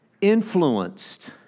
influenced